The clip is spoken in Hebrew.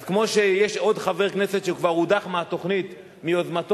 אז כמו שיש עוד חבר כנסת שכבר הודח מהתוכנית מיוזמתו,